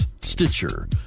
Stitcher